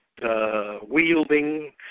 Wielding